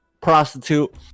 prostitute